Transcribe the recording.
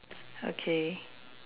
okay